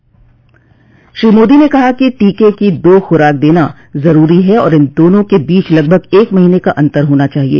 श्री मोदी ने कहा कि टीके की दो खुराक देना जरूरी ह और इन दोनों के बीच लगभग एक महीने का अंतर होना चाहिए